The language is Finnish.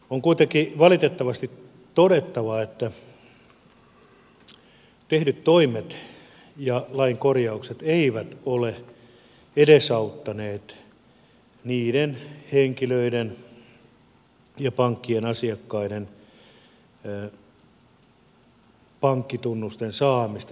on kuitenkin valitettavasti todettava että tehdyt toimet ja lain korjaukset eivät ole edesauttaneet niiden henkilöiden ja pankkien asiakkaiden joilla on maksuhäiriömerkintä pankkitunnusten saamista